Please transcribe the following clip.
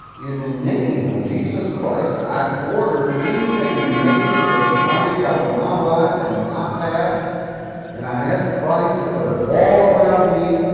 in the name of jesus christ, i order anything negative or satanic out of my life and my path and i ask christ to put a wall around me,